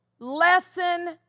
lesson